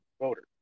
voter